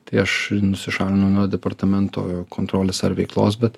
tai aš nusišalinau nuo departamento kontrolės ar veiklos bet